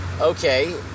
okay